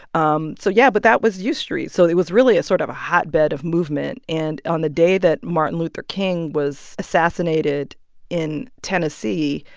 um so yeah. but that was u street. so it was really a sort of hotbed of movement. and on the day that martin luther king was assassinated in tennessee,